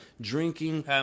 drinking